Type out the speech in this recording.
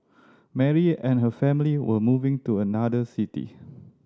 Mary and her family were moving to another city